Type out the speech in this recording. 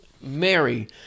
Mary